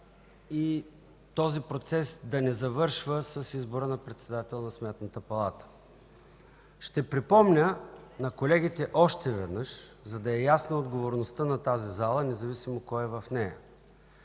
и този процес да не завършва с избора на председател на Сметната палата. Ще припомня на колегите още веднъж, за да е ясна отговорността на тази зала, независимо кой е в нея,